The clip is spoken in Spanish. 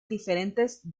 diferentes